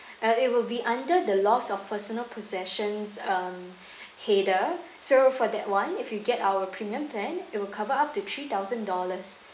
uh it will be under the loss of personal possessions um header so for that one if you get our premium plan it will cover up to three thousand dollars